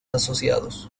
asociados